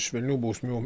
švelnių bausmių